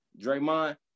Draymond